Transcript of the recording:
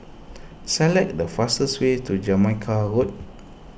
select the fastest way to Jamaica Road